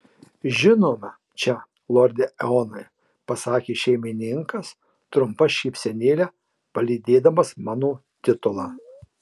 žinoma čia lorde eonai pasakė šeimininkas trumpa šypsenėle palydėdamas mano titulą